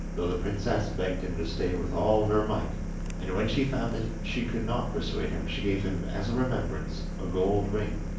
though the princess begged him to stay with all her might and when she found that she could not persuade him she gave him as a remembrance a gold ring.